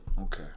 Okay